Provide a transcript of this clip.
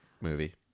movie